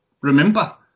remember